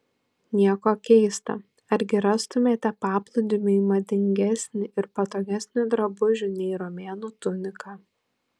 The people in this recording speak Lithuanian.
nieko keista argi rastumėte paplūdimiui madingesnį ir patogesnį drabužį nei romėnų tunika